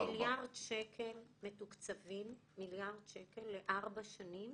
מיליארד שקל מתוקצבים לארבע שנים